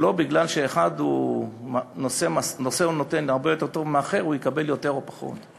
שלא בגלל שאחד נושא ונותן הרבה יותר טוב מהאחר הוא יקבל יותר או פחות,